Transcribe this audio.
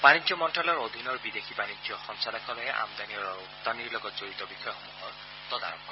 বাণিজ্য মন্ত্ৰ্যালয়ৰ অধীনৰ বিদেশী বাণিজ্য সঞ্চালকালয়ে আমদানী আৰু ৰপ্তানীৰ লগত জড়িত বিষয়সমূহৰ তদাৰক কৰে